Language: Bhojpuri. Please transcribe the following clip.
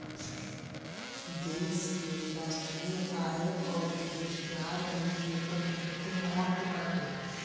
देश के राष्ट्रीय आय अउरी रोजगार में एकर बहुते महत्व बाटे